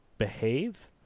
behave